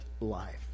life